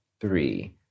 three